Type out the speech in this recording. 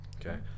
okay